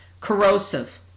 Corrosive